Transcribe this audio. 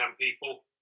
people